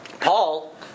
Paul